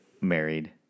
married